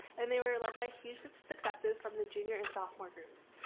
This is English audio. and they were led by huge successes from the junior and sophomore groups.